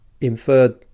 inferred